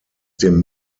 dem